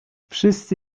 wszyscy